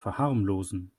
verharmlosen